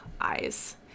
eyes